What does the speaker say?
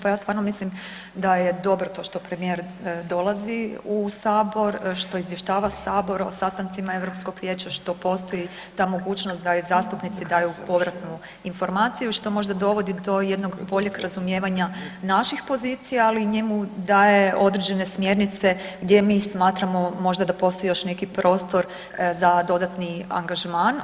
Pa ja stvarno mislim da je dobro to što premijer dolazi u Sabor, što izvještava Sabor o sastancima EU vijeća, što postoji ta mogućnost da i zastupnici daju povratnu informaciju, što možda dovodi do jednog boljeg razumijevanja naših pozicija, ali i njemu daje određene smjernice gdje mi smatramo možda da postoji još neki prostor za dodatni angažman.